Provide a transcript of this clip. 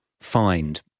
find